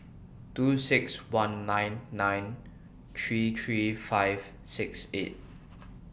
two six one nine nine three three five six eight